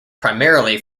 primarily